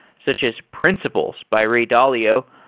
such as principles by ray dalio,